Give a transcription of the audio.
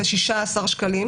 זה 16 שקלים.